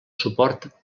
suport